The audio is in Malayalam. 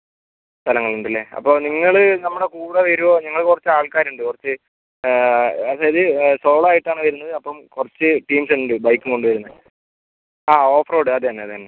സ്ഥലങ്ങൾ ഉണ്ടല്ലേ അപ്പം നിങ്ങൾ നമ്മുടെ കൂടേ വരുവോ ഞങ്ങൾ കുറച്ച് ആൾക്കാർ ഉണ്ട് കുറച്ച് അതായത് സോളോ ആയിട്ടാണ് വരുന്നത് അപ്പം കുറച്ച് ടീംസ് ഉണ്ട് ബൈക്കും കൊണ്ട് വരുന്നത് ആ ഓഫ്റോഡ് അതുതന്നെ അതുതന്നെ